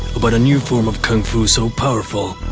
about a new form of kung fu so powerful,